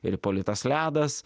ir ipolitas ledas